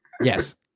Yes